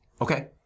Okay